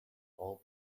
all